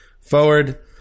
forward